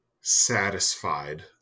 satisfied